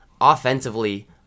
offensively